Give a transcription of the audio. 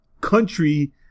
country